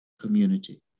community